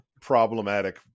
problematic